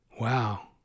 Wow